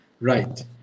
Right